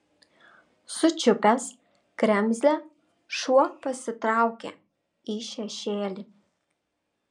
sučiupęs kremzlę šuo pasitraukė į šešėlį